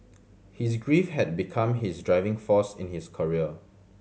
his grief had become his driving force in his career